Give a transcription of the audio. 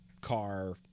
Car